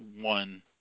one